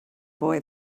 boy